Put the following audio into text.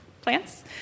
plants